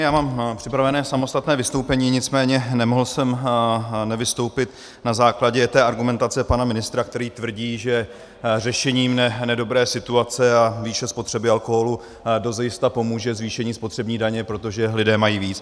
Já mám připravené samostatné vystoupení, nicméně nemohl jsem nevystoupit na základě té argumentace pana ministra, který tvrdí, že řešení nedobré situace a výše spotřeby alkoholu dozajista pomůže zvýšení spotřební daně, protože lidé mají víc.